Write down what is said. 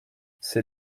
c’est